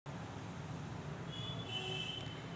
सोल्याची कमी पान्यात जास्त उत्पन्न देनारी जात कोनची?